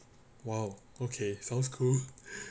!wow! okay sounds cool